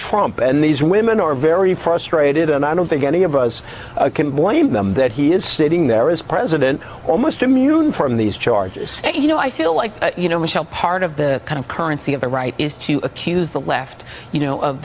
trump and these women are very frustrated and i don't think any of us can blame them that he is sitting there is president almost immune from these charges and you know i feel like you know michel part of the kind of currency of the right is to accuse the left you